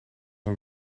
een